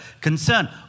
concern